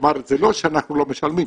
כלומר זה לא שאנחנו לא משלמים,